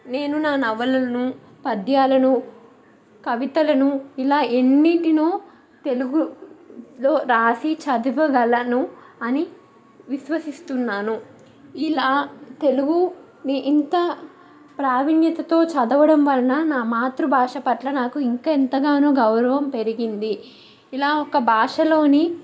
నేను నా నవలలను పద్యాలను కవితలను ఇలా ఎన్నింటినో తెలుగులో రాసి చదువగలను అని విశ్వసిస్తున్నాను ఇలా తెలుగుని ఇంత ప్రావీణ్యతతో చదవడం వలన నా మాతృభాష పట్ల నాకు ఇంక ఎంతగానో గౌరవం పెరిగింది ఇలా ఒక భాషలోని